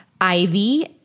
Ivy